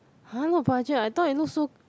!huh! no budget I thought he look so